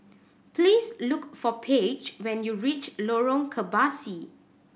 please look for Paige when you reach Lorong Kebasi